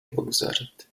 بگذارید